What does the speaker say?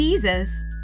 Jesus